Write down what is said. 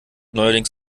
neuerdings